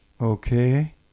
Okay